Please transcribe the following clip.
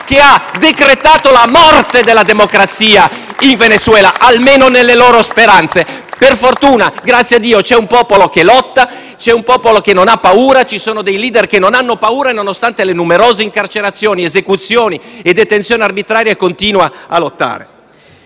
che ha decretato la morte della democrazia in Venezuela, almeno nelle loro speranze. Per fortuna - grazie a Dio - c'è un popolo che lotta e non ha paura; ci sono dei *leader* che non hanno paura e, nonostante le numerose incarcerazioni, esecuzioni e detenzioni arbitrarie, continuano a lottare.